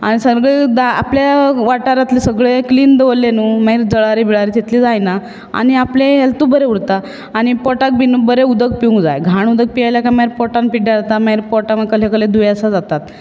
आनी आपल्या वाठारांतलें सगळें क्लिन दवरलें न्हू मागीर जळारी बिळारी तितली जायना आनी आपलें हॅल्थूय बरें उरता आनी पोटाक बी बरें उदक पिवूंक जाय घाण उदक पियेल्यार मागीर पोटांत पिड्ड्यार जाता आनी पोटाक मागीर कसलीं कसलीं दुयेंसा जातात